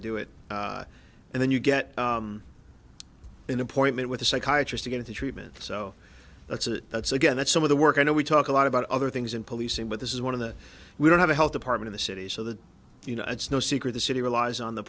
to do it and then you get an appointment with a psychiatrist to get into treatment so that's a that's again that's some of the work i know we talk a lot about other things in policing but this is one of the we don't have a health department the city so that you know it's no secret the city relies on the